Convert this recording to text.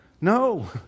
No